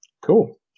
Cool